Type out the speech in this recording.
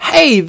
Hey